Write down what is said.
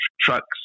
trucks